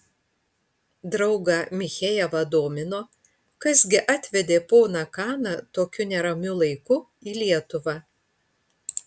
draugą michejevą domino kas gi atvedė poną kaną tokiu neramiu laiku į lietuvą